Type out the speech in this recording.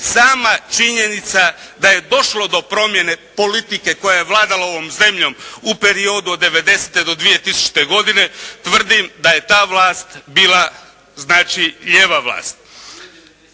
sama činjenica da je došlo do promjene politike koja je vladala ovom zemljom u periodu od '90. do 2000. godine, tvrdim da je ta vlast bila, znači lijeva vlast.